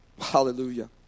Hallelujah